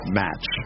match